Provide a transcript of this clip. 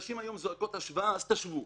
הנשים היום זועקות: השוואה - אז תשוו.